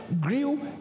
grew